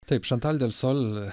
taip šantal delsol